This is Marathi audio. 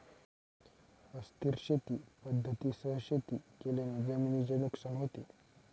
अस्थिर शेती पद्धतींसह शेती केल्याने जमिनीचे नुकसान होते